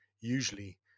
usually